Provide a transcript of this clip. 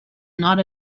not